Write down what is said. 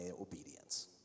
obedience